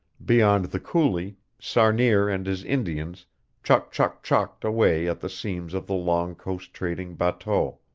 beyond the coulee, sarnier and his indians chock-chock-chocked away at the seams of the long coast-trading bateau.